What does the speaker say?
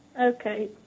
Okay